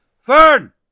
Fern